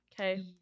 Okay